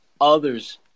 others